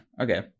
Okay